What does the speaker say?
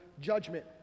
judgment